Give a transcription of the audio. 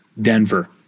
Denver